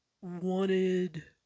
wanted